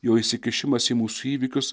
jo įsikišimas į mūsų įvykius